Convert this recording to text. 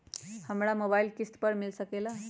हमरा मोबाइल किस्त पर मिल सकेला?